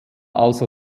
also